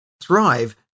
thrive